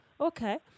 Okay